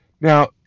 Now